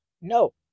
No